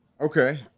Okay